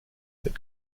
that